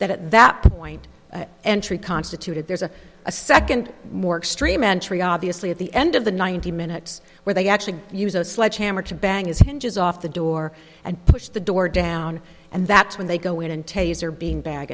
that at that point entry constituted there's a a second more extreme entry obviously at the end of the ninety minutes where they actually use a sledgehammer to bang his hinges off the door and push the door down and that's when they go in and taser being bag